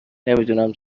نمیدونم